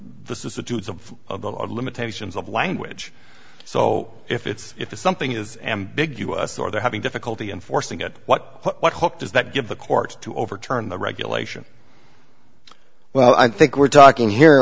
of of the limitations of language so if it's if something is ambiguous or they're having difficulty enforcing it what hope does that give the court to overturn the regulation well i think we're talking here